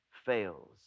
fails